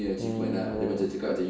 mm ya